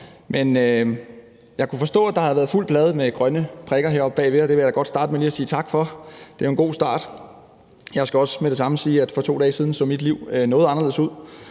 men jeg kunne forstå, at der var fuld plade med grønne prikker heroppe bagved, og det vil jeg da godt starte med lige at sige tak for. Det er jo en god start. Jeg skal også med det samme sige, at for 2 dage siden så mit liv noget anderledes ud,